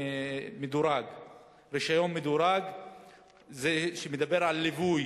ב-15 השנים האחרונות זה מעל 80%,